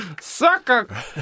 Sucker